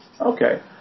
Okay